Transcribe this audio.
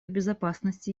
безопасности